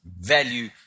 value